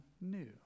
new